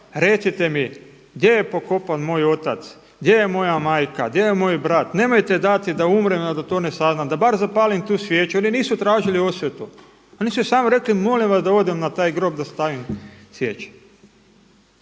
recite mi gdje je pokopan moj otac, gdje je moja majka, gdje je moj brat, nemojte dati da umrem, a da to ne saznam, da bar zapalim tu svijetu. Oni nisu tražili osvetu, oni su samo rekli molim vas da odem na taj grob da stavim svijeće.